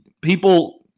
People